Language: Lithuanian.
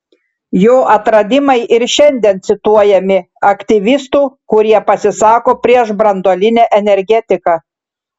jo atradimai ir šiandien cituojami aktyvistų kurie pasisako prieš branduolinę energetiką